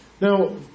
now